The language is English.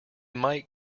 might